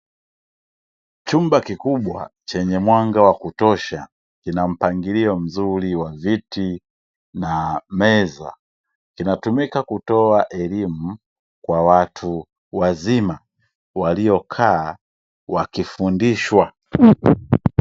Chumba kikubwa chenye mwanga wa kutosha kina mpangilio mzuri wa viti na meza, kinatumika kutoa elimu kwa watu wazima waliokaa wakifundishwa.